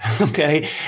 Okay